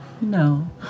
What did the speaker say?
No